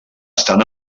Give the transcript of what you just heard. estan